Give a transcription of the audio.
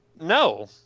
No